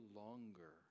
longer